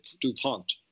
DuPont